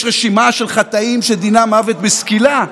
יש רשימה של חטאים שדינם מוות בסקילה.